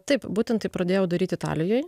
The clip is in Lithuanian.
taip būtent tai pradėjau daryt italijoj